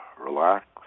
relax